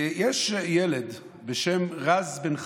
יש ילדה בשם רז בן חמו,